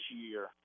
year